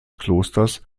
klosters